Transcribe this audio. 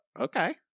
okay